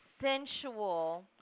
sensual